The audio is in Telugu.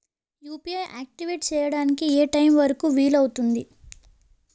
యు.పి.ఐ ఆక్టివేట్ చెయ్యడానికి ఏ టైమ్ వరుకు వీలు అవుతుంది?